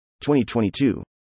2022